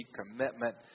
commitment